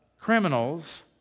criminals